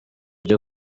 ujye